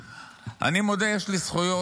אני מודה יש לי זכויות,